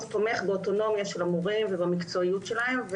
תומך באוטונומיה של המורים ובמקצועיות שלהם,